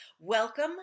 welcome